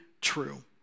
true